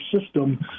system